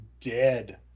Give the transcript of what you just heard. dead